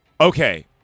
Okay